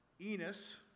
Enos